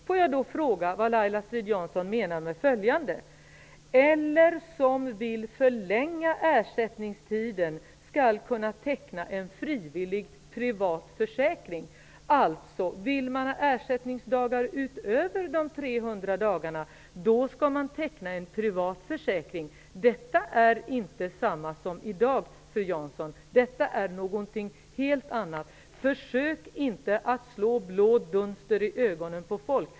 Får jag då fråga vad hon menar med följande: ''-- eller som vill förlänga ersättningstiden skall kunna teckna en frivillig privat försäkring.'' Om man vill ha ersättningsdagar utöver de 300 dagarna skall man alltså teckna en privat försäkring. Detta är inte den regel som gäller i dag, fru Strid-Jansson, utan det är något helt annat. Försök inte slå blå dunster i ögonen på folk!